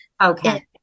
Okay